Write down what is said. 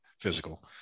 physical